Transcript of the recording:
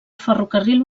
ferrocarril